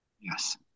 Yes